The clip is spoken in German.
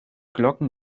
glocken